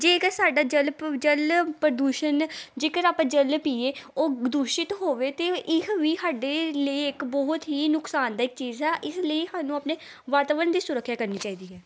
ਜੇਕਰ ਸਾਡਾ ਜਲ ਪ ਜਲ ਪ੍ਰਦੂਸ਼ਣ ਜੇਕਰ ਆਪਾਂ ਜਲ ਪੀਏ ਉਹ ਦੂਸ਼ਿਤ ਹੋਵੇ ਤਾਂ ਇਹ ਵੀ ਸਾਡੇ ਲਈ ਇੱਕ ਬਹੁਤ ਹੀ ਨੁਕਸਾਨਦਾਇਕ ਚੀਜ਼ ਆ ਇਸ ਲਈ ਸਾਨੂੰ ਆਪਣੇ ਵਾਤਾਵਰਨ ਦੀ ਸੁਰੱਖਿਆ ਕਰਨੀ ਚਾਹੀਦੀ ਹੈ